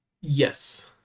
Yes